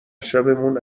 شبمون